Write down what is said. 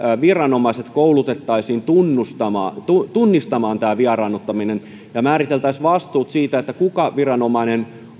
viranomaiset koulutettaisiin tunnistamaan tunnistamaan tämä vieraannuttaminen ja määriteltäisiin vastuut siitä kuka viranomainen